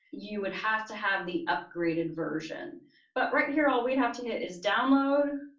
you would have to have the upgraded version but right here all we have to hit is download.